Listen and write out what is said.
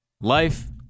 life